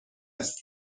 است